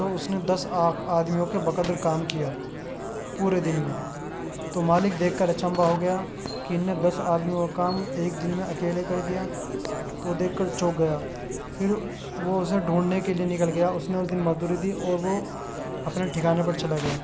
تو اس نے دس آ آدمیوں کے بقدر کام کیا پورے دن میں تو مالک دیکھ کر اچمبھا ہو گیا کہ ان نے دس آدمیوں کا کام ایک دن میں اکیلے کر دیا وہ دیکھ کر چونک گیا پھر وہ اسے ڈھونڈنے کے لیے نکل گیا اس نے اس دن مزدوری دی اور وہ اپنے ٹھکانے پر چلا گیا